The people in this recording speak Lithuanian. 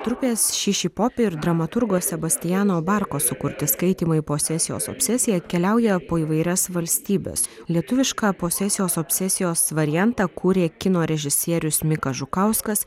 trupės šišipopi ir dramaturgo sebastiano barko sukurti skaitymai posesijos obsesija keliauja po įvairias valstybes lietuvišką posesijos obsesijos variantą kūrė kino režisierius mikas žukauskas